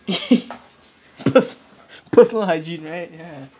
pers~ personal hygiene right ya